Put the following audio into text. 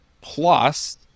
Plus